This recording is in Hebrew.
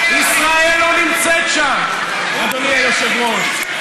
ישראל לא נמצאת שם, אדוני היושב-ראש.